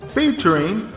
Featuring